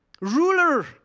ruler